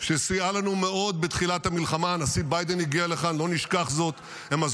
באמת, למה